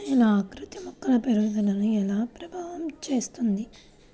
నేల ఆకృతి మొక్కల పెరుగుదలను ఎలా ప్రభావితం చేస్తుంది?